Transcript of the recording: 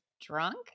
drunk